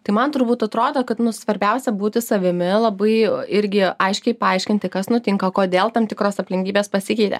tai man turbūt atrodo kad svarbiausia būti savimi labai irgi aiškiai paaiškinti kas nutinka kodėl tam tikros aplinkybės pasikeitė